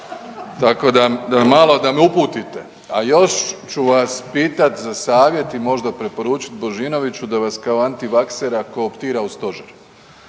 Tako da me malo uputite. A još ću vas pitati za savjet i možda preporučiti Božinoviću da vas kao antivaksera kotira u Stožer,